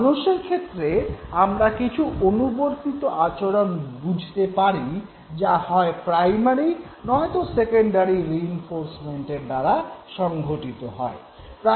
মানুষের ক্ষেত্রে আমরা কিছু অনুবর্তিত আচরণ বুঝতে পারি যা হয় প্রাইমারি নয়তো সেকেন্ডারি রিইনফোর্সমেন্টের দ্বারা সংঘটিত হয়